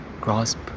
grasp